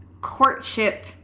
Courtship